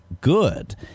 good